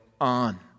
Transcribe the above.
on